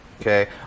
Okay